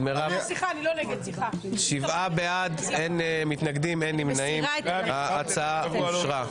אין מתנגדים, אין נמנעים, ההצעה אושרה.